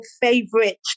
favorite